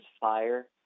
fire